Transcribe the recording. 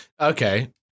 Okay